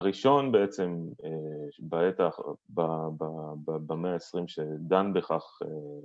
‫הראשון בעצם בעת, ‫במאה ה-20, שדן בכך...